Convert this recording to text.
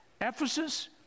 Ephesus